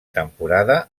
temporada